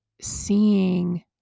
seeing